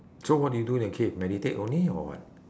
so what do you do in a cave meditate only or what